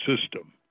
system